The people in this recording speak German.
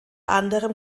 anderem